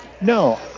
no